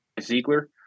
Ziegler